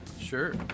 Sure